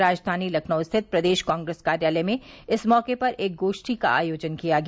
राजधानी लखनऊ स्थित प्रदेश कांग्रेस कार्यालय में इस मौके पर एक गोष्ठी का आयोजन किया गया